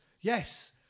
Yes